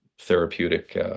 therapeutic